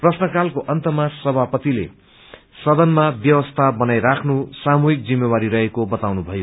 प्रश्नकालको अन्तमा समापतिले सदनमा व्यवस्था बनाइराख्नु सामुहिक जिम्मेवारी रहेको बताउनुभयो